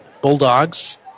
bulldogs